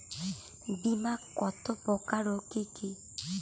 বীমা কত প্রকার ও কি কি?